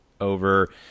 over